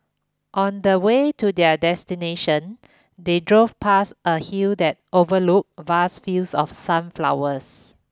on the way to their destination they drove past a hill that overlooked vast fields of sunflowers